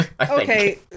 Okay